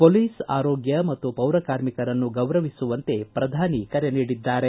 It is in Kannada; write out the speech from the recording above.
ಪೊಲೀಸ್ ಆರೋಗ್ಯ ಮತ್ತು ಪೌರ ಕಾರ್ಮಿಕರನ್ನು ಗೌರವಿಸುವಂತೆ ಪ್ರಧಾನಿ ಕರೆ ನೀಡಿದ್ದಾರೆ